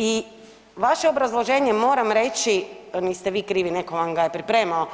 I vaše obrazloženje, moram reći, niste vi krivi, netko vam ga je pripremao,